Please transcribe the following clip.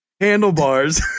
handlebars